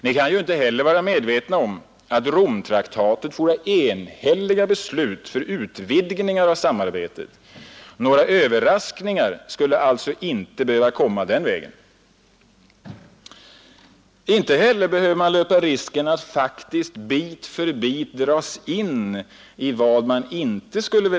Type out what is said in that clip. Ni kan ju inte heller vara omedvetna om att Romtraktaten fordrar enhälliga beslut för utvidgningar av samarbetet. Några överraskningar skulle alltså inte behöva komma den vägen. Inte heller behöver man löpa risken att faktiskt bit för bit dras in i vad man inte vill.